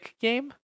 game